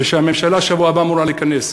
ושהממשלה בשבוע הבא אמורה להתכנס.